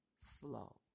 flow